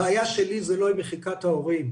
הבעיה שלי היא לא מחיקת המילה "הורים"